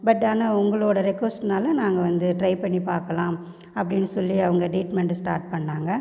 but ஆனா உங்களோட ரெக்வஸ்ட்னால நாங்கள் வந்து ட்ரை பண்ணி பார்க்கலாம் அப்படின் சொல்லி அவங்க ட்ரீட்மென்ட்டை ஸ்டார்ட் பண்ணாங்க